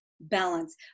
balance